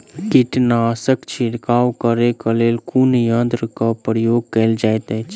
कीटनासक छिड़काव करे केँ लेल कुन यंत्र केँ प्रयोग कैल जाइत अछि?